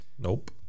Nope